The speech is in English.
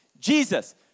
Jesus